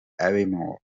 aviemore